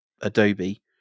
adobe